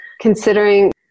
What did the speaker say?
considering